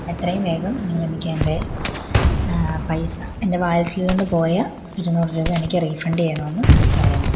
എത്രയും വേഗം നിങ്ങൾ എനിക്കെൻറ്റെ പൈസ എൻ്റെ വാലെറ്റിൽ നിന്ന് പോയ ഇരുന്നൂറ് രൂപ എനിക്ക് റീഫണ്ട് ചെയ്യണമെന്ന് പറയുന്നു